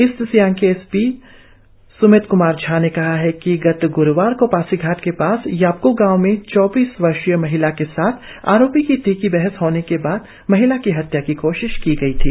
east Siang के S P Smit Kumar Jha ने कहा है कि गत ग्रुवार को पासीघाट के पास यापगो गांव में चौबीस एक महिला के साथ आरोपी की तीखी बहस होने के बाद महिला की हत्या की कोशिश की गई थी